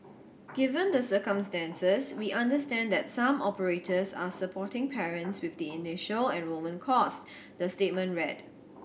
given the circumstances we understand that some operators are supporting parents with the initial enrolment cost the statement read